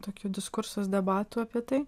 tokių diskursas debatų apie tai